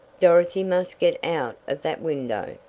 dorothy must get out of that window.